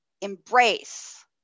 embrace